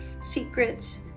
secrets